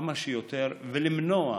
כמה שיותר ולמנוע